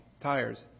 tires